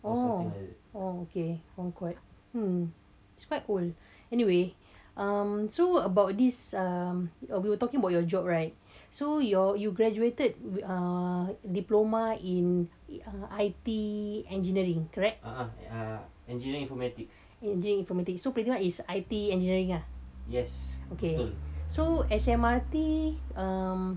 oh okay concord um it's quite old anyway um so about this uh we were talking about your job right so you're you graduated with uh diploma in I_T engineering correct engineering informatics so pretty much is I_T engineering lah okay S_M_R_T like azri's job